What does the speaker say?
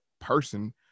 person